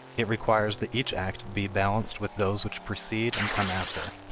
it requires that each act be balanced with those which precede and come after,